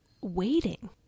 waiting